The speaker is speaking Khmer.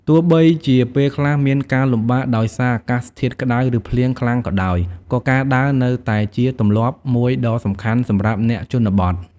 ទោះបីជាពេលខ្លះមានការលំបាកដោយសារអាកាសធាតុក្តៅឬភ្លៀងខ្លាំងក៏ដោយ ក៏ការដើរនៅតែជាទម្លាប់មួយដ៏សំខាន់សម្រាប់អ្នកជនបទ។